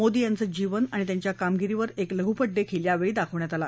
मोदी यांचं जीवन आणि त्यांच्या कामगिरीवर एक लघुपटही यावेळी दाखवण्यात आला